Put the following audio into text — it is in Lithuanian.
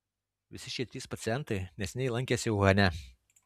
visi šie trys pacientai neseniai lankėsi uhane